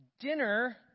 dinner